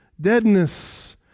deadness